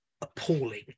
appalling